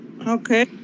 Okay